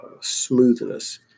smoothness